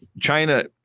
China